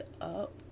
up